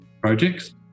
projects